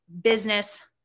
business